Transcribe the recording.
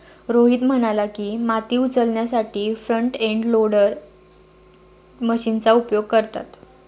रोहित म्हणाला की, माती उचलण्यासाठी फ्रंट एंड लोडर मशीनचा उपयोग करतात